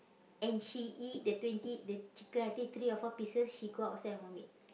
and she eat the twenty the chicken I think three or four pieces she go outside and vomit